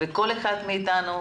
וכל אחד מאתנו,